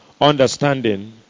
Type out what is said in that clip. Understanding